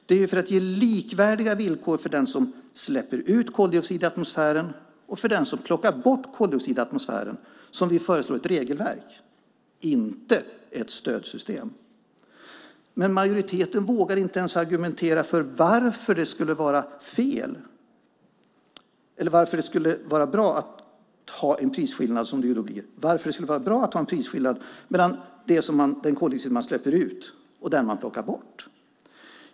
Det är för att ge likvärdiga villkor för den som släpper ut koldioxid i atmosfären och för den som plockar bort koldioxid i atmosfären som vi föreslår ett regelverk, inte ett stödsystem. Men majoriteten vågar inte ens argumentera för varför det skulle vara bra att ha en prisskillnad mellan den koldioxid man släpper ut och den man plockar bort.